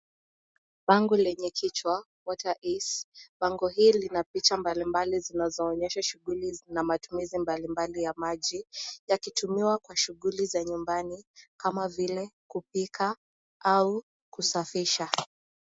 Bango lenye kichwa water is life bango hili lina picha mbalimbali zinazoonyesha shughuli na matumizi mbalimbali ya maji yakitumiwa kwa shughuli za nyumbani kama vile kupika au kusafisha.